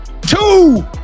two